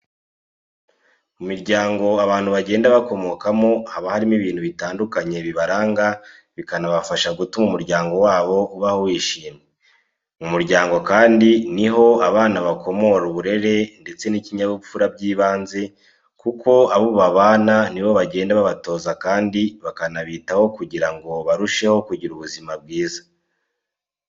Mu miryango abantu bagenda bakomokamo haba harimo ibintu bitandukanye bibaranga bikanabafasha gutuma umuryango wabo ubaho wishimye. Mu muryango kandi ni ho abana bakomora uburere ndetse n'ikinyabupfura by'ibanze kuko abo babana ni bo bagenda babatoza kandi bakanabitaho kugira ngo barusheho kugira ubuzima bwiza.